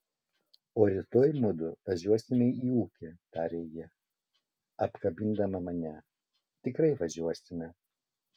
o rytoj mudu važiuosime į ūkį tarė ji apkabindama mane tikrai važiuosime